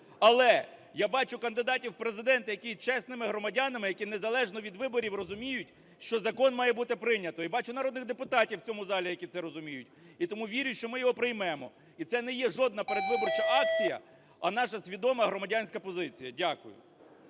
Але я бачу кандидатів в Президенти, які є чесними громадянами, які незалежно від виборів розуміють, що закон має бути прийнято. І бачу народних депутатів в цьому залі, які це розуміють. І тому вірю, що ми його приймемо. І це не є жодна передвиборча акція, а наша свідома громадянська позиція. Дякую.